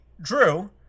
drew